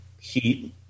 heat